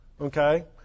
okay